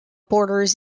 borders